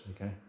Okay